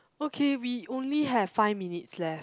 okay we only have five minutes left